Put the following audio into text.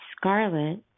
scarlet